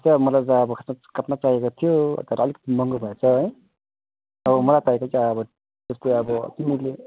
जस्तो मलाई त अब खासमा काठमा चाहिएको थियो तर अलिक महँगो भएछ है अब मलाई चाहिएको चाहिँ अब जस्तै अब तिमीहरूले